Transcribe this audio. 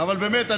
אבל באמת,